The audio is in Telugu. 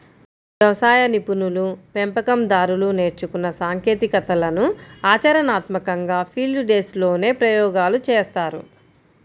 వ్యవసాయ నిపుణులు, పెంపకం దారులు నేర్చుకున్న సాంకేతికతలను ఆచరణాత్మకంగా ఫీల్డ్ డేస్ లోనే ప్రయోగాలు చేస్తారు